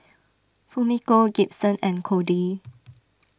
Fumiko Gibson and Codey